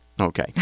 Okay